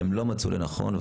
הם לא מצאו לנכון.